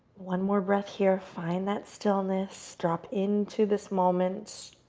one more breath here, find that stillness. drop into this moment,